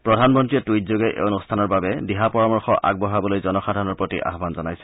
প্ৰধানমন্ত্ৰীয়ে টুইটযোগে এই অনুষ্ঠানৰ বাবে দিহা পৰামৰ্শ আগবঢ়াবলৈ জনসাধাৰণৰ প্ৰতি আহান জনাইছে